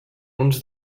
uns